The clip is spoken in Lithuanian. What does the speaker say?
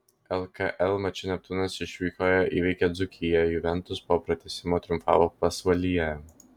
lkl mače neptūnas išvykoje įveikė dzūkiją juventus po pratęsimo triumfavo pasvalyje